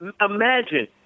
imagine